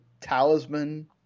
talisman